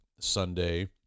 Sunday